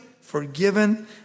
forgiven